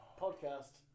podcast